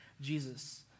Jesus